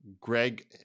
Greg